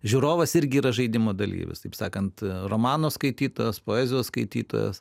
žiūrovas irgi yra žaidimo dalyvis taip sakant romano skaitytojas poezijos skaitytojas